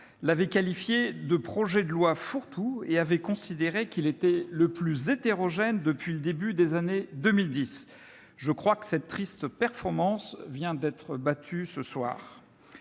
avait qualifié ce texte de projet de loi « fourre-tout », expliquant qu'il était le plus hétérogène depuis le début des années 2010. Je crois que cette triste performance vient d'être battue ...